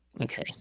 okay